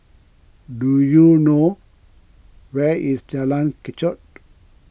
do you know where is Jalan Kechot